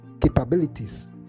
capabilities